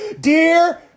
Dear